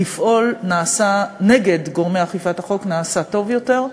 נעשית טובה יותר.